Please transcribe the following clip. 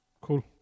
cool